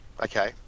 Okay